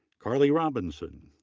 carly robinson,